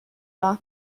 راه